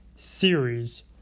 series